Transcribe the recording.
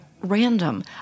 random